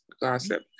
gossip